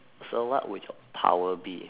so what would your power be